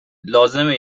لازمه